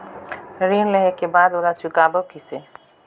ऋण लेहें के बाद ओला चुकाबो किसे?